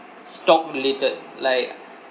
stock related like